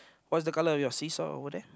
what's the colour of your see-saw over there